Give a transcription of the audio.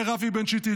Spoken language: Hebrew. אומר אבי בן שטרית.